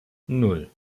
nan